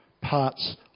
parts